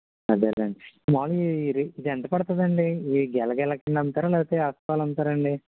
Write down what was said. అదేలేండి మామూలుగా ఇది ఇది ఎంత పడతుందండి ఈ గెల గెల కింద అమ్ముతారా లేకపోతే హస్తాలు అమ్ముతారా అండి